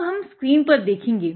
अब हम स्क्रीन पर देखेंगे